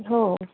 हो